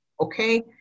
okay